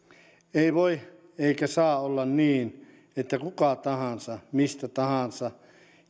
ei voi eikä saa olla niin että kuka tahansa mistä tahansa